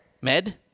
Med